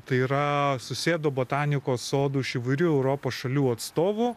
tai yra susėdo botanikos sodų iš įvairių europos šalių atstovų